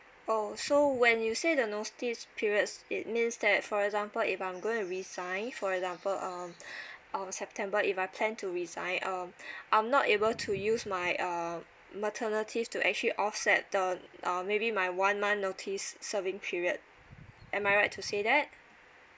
oh so when you say the notice periods it means that for example if I'm going to resign for example um um september if I plan to resign um I'm not able to use my uh maternity leave to actually offset the uh maybe my one month notice serving period am I right to say that